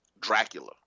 Dracula